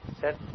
set